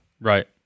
Right